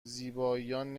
زیبایان